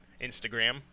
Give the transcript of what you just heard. Instagram